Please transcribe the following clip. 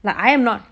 like I am not